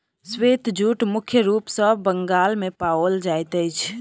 श्वेत जूट मुख्य रूप सॅ बंगाल मे पाओल जाइत अछि